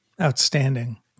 Outstanding